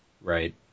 Right